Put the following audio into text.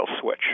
switch